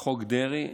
חוק דרעי,